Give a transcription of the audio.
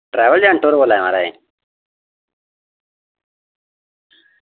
travel agent होर बोल्ला दे म्हाराज